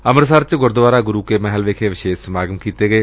ਅੰਮ੍ਰਿਤਸਰ ਚ ਗੁਰਦੁਆਰਾ ਗੁਰੂ ਕੇ ਮਹਿਲ ਵਿਖੇ ਵਿਸ਼ੇਸ਼ ਸਮਾਗਮ ਕੀਤੇ ਗਏ